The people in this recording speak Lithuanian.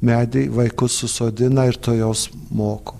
medį vaikus susodina ir tuojaus moko